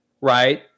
right